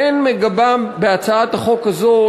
אין בהצעת החוק הזאת,